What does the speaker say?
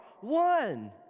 one